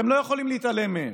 אתם לא יכולים להתעלם מהם: